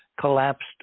Collapsed